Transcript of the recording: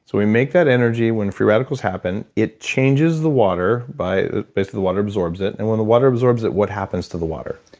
so we make that energy when free radicals happen. it changes the water by. basically, the water absorbs it. and when the water absorbs it, what happens to the water?